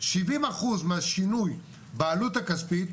שבעים אחוז מהשינוי בעלות הכספית,